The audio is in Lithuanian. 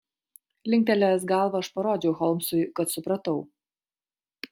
linktelėjęs galvą aš parodžiau holmsui kad supratau